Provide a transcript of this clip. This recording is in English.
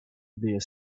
their